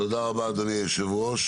תודה רבה אדוני היושב-ראש.